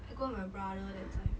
I go with my brother that time